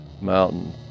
mountain